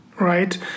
right